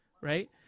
Right